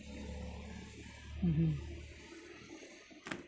mmhmm